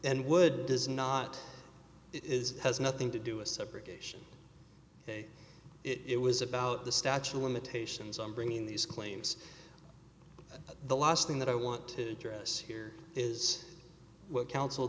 and would does not it is has nothing to do a separate ok it was about the statue of limitations on bringing these claims the last thing that i want to address here is what coun